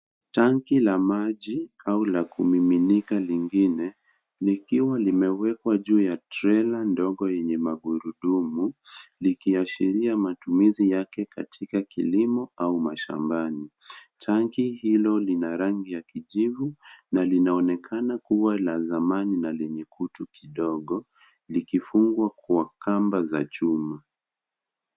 Tangi la maji, au la kumiminika lingine, likiwa limewekwa juu ya trela ndogo yenye magurudumu, likiashiria matumizi yake katika kilimo au mashambani. Tangi hilo lina rangi ya kijivu na linaonekana kuwa la zamani na lenye kutu kidogo, likifungwa kwa kamba za chuma.